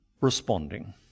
responding